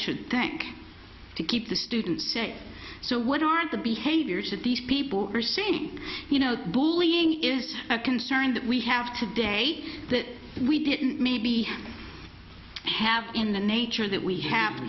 should think to keep the students say so what are the behaviors that these people are seeing you know bullying is a concern that we have today that we didn't maybe have in the nature that we happen